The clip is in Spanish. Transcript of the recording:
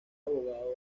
abogado